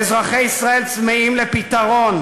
ואזרחי ישראל צמאים לפתרון,